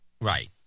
Right